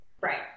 Right